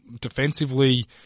Defensively